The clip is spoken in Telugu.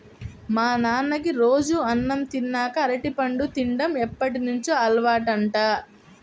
మా నాన్నకి రోజూ అన్నం తిన్నాక అరటిపండు తిన్డం ఎప్పటినుంచో అలవాటంట